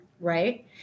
right